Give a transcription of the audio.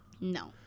No